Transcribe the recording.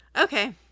Okay